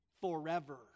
forever